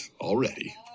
already